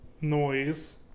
noise